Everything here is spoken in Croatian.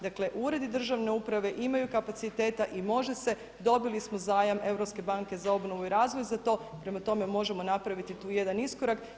Dakle uredi državne uprave imaju kapaciteta i može se, dobili smo zajam Europske banke za obnovu i razvij za to prema tome možemo napraviti tu jedan iskorak.